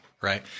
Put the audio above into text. right